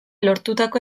lortutako